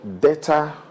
data